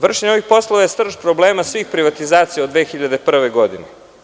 Vršenje ovih poslova je srž problema svih privatizacija od 2001. godine.